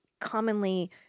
commonly